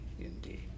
indeed